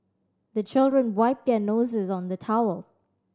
the children wipe their noses on the towel